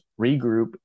regroup